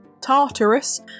Tartarus